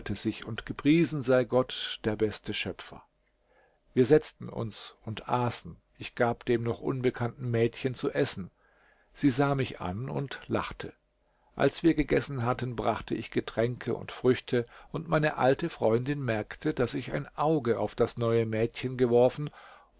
preisen mußte wir setzten uns und aßen ich gab dem noch unbekannten mädchen zu essen sie sah mich an und lachte als wir gegessen hatten brachte ich getränke und früchte und meine alte freundin merkte daß ich ein auge auf das neue mädchen geworfen